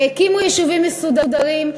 והקימו יישובים מסודרים,